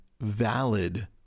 valid